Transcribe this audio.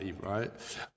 right